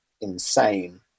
insane